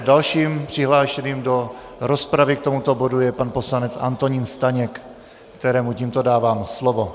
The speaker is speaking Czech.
Dalším přihlášeným do rozpravy k tomuto bodu je pan poslanec Antonín Staněk, kterému tímto dávám slovo.